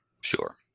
Sure